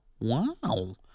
Wow